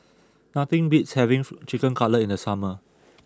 nothing beats having Chicken Cutlet in the summer